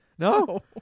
No